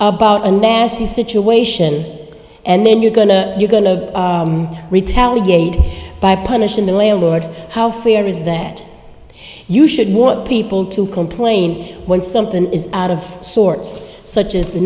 about a nasty situation and then you're going to you're going to retaliate by punishing the landlord how fair is that you should want people to complain when something is out of sorts such as